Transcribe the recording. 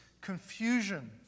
confusion